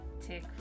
take